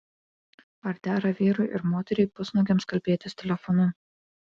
ar dera vyrui ir moteriai pusnuogiams kalbėtis telefonu